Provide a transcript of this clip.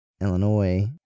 Illinois